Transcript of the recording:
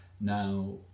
now